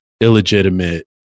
illegitimate